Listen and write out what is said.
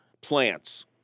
plants